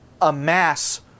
amass